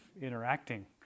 interacting